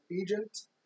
Agent